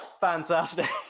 fantastic